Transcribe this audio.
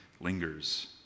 lingers